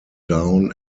down